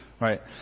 Right